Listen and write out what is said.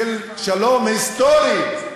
של שלום היסטורי.